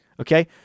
Okay